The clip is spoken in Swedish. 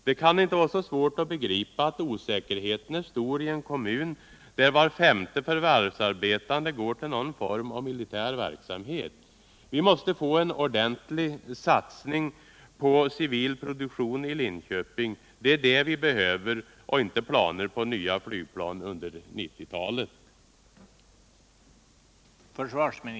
Det kan inte vara så svårt att begripa att det råder osäkerhet i en kommun där var femte förvärvsarbetande går till någon form av militär verksamhet. Vi måste få en ordentlig satsning på civil produktion i Linköping. Det är det vi behöver och inte planer på nya flygplan under 1990-talet!